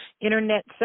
Internet